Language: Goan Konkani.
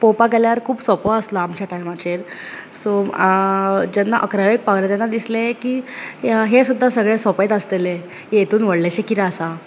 पळोवपाक गेल्यार खूब सोंपो आसलो आमच्या टाइमाचेर सो जेन्ना इकरावेक पावलें तेन्ना दिसले की हे सुद्दां सगळें सोंपेत आसतले हे हेतून व्हडलेशें किदें आसा